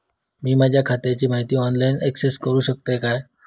मी माझ्या खात्याची माहिती ऑनलाईन अक्सेस करूक शकतय काय?